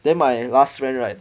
then my last friend right